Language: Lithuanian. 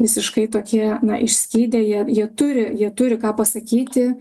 visiškai tokie na išskydę jie jie turi jie turi ką pasakyti